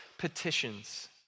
petitions